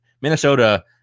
Minnesota